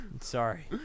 Sorry